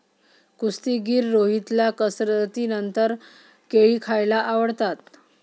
कुस्तीगीर रोहितला कसरतीनंतर केळी खायला आवडतात